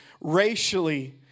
racially